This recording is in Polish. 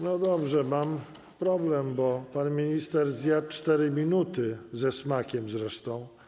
No dobrze, mam problem, bo pan minister zjadł 4 minuty, ze smakiem zresztą.